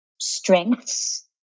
strengths